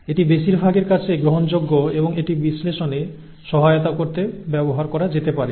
এটি বেশিরভাগের কাছে গ্রহণযোগ্য এবং এটি বিশ্লেষণে সহায়তা করতে ব্যবহার করা যেতে পারে